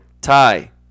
tie